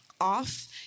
off